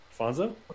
Alfonso